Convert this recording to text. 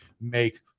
make